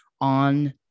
on